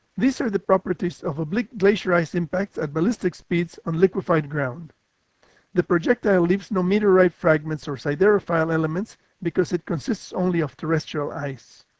these are the properties of oblique glacier ice impacts at ballistic speeds on liquefied ground the projectile leaves no meteorite fragments or siderophile elements because it consists only of terrestrial ice.